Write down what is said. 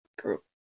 group